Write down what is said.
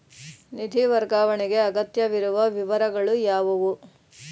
ನಿಧಿ ವರ್ಗಾವಣೆಗೆ ಅಗತ್ಯವಿರುವ ವಿವರಗಳು ಯಾವುವು?